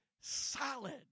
solid